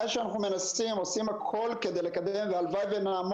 יכול להיות שיהיו עכשיו שנתיים כאלה שבהן יהיו